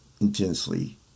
intensely